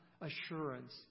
assurance